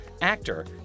actor